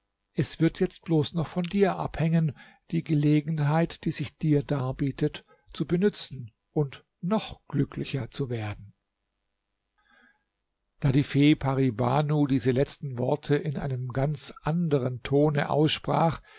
es wird jetzt bloß noch von dir abhängen die gelegenheit die sich dir darbietet zu benützen und noch glücklicher zu werden da die fee pari banu diese letzten worte in einem ganz anderen tone aussprach